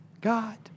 God